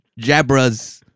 Jabra's